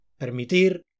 permitir